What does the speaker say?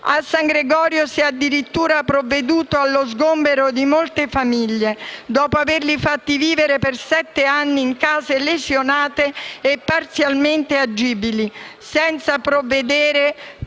A San Gregorio si è addirittura provveduto allo sgombero di molte famiglie, dopo averle fatti vivere per sette anni in case lesionate e parzialmente agibili, senza provvedere,